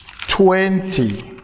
twenty